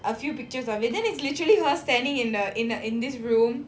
a few pictures of it then it's literally her standing in a in a in this room